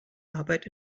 arbeit